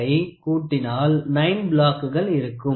08 ட்டை கூட்டினாள் 9 பிளாக்குகள் இருக்கும்